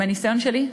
מהניסיון שלי,